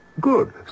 Good